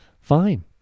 fine